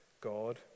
God